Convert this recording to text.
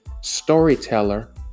storyteller